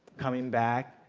coming back,